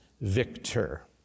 Victor